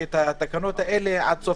לקיים דיון נפרד על אכיפה.